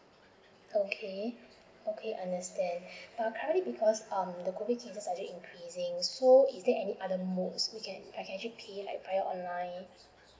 okay okay understand uh currently because um the COVID cases are still increasing so is there any other modes which can I can actually pay via online